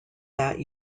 that